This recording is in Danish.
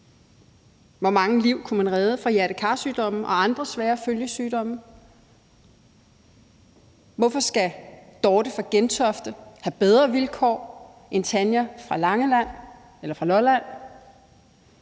Hvor mange liv kunne man redde fra hjerte-kar-sygdomme og andre svære følgesygdomme? Hvorfor skal Dorte fra Gentofte have bedre vilkår end Tanja fra Langeland